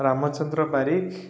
Ramachandra Barik